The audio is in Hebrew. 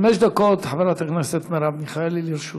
חמש דקות, חברת הכנסת מרב מיכאלי, לרשותך.